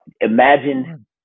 imagine